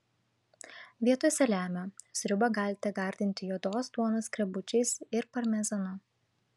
vietoj saliamio sriubą galite gardinti juodos duonos skrebučiais ir parmezanu